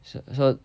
s~ so